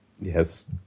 Yes